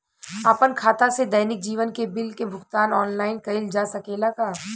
आपन खाता से दैनिक जीवन के बिल के भुगतान आनलाइन कइल जा सकेला का?